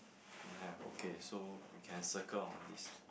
don't have okay so we can circle on this